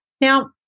now